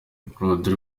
rhodri